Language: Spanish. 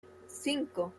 cinco